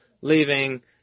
leaving